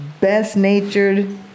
best-natured